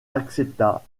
accepta